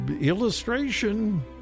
illustration